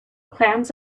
clams